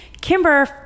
Kimber